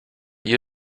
you